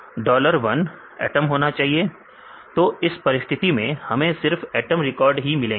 dollar 1 atom होना चाहिए तो इस परिस्थिति में हमें सिर्फ एटम रिकॉर्ड ही मिलेंगे